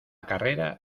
carrera